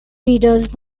readers